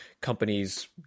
companies